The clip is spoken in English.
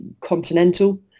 continental